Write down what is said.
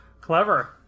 Clever